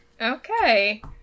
Okay